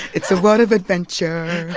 it's a world of adventure.